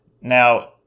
Now